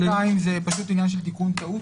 1(2) זה עניין של תיקון טעות,